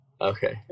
Okay